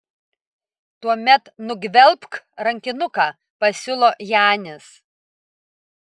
tuomet nugvelbk rankinuką pasiūlo janis